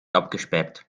abgesperrt